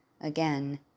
again